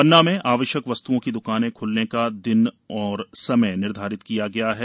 पन्ना में आवश्यक वस्त्ओं की द्कानें ख्लने का दिन एवं समय निर्धारित किया गया है